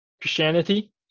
Christianity